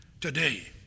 today